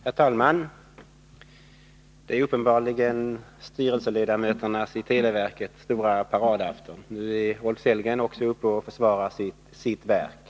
Herr talman! Detta är uppenbarligen styrelseledamöternas i televerket stora paradafton. Nu är Rolf Sellgren också uppe och försvarar sitt verk!